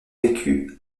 vécu